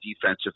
defensive